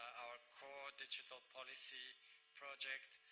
our core digital policy project,